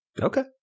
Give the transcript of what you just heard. Okay